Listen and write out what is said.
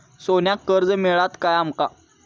सोन्याक कर्ज मिळात काय आमका?